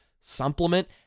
supplement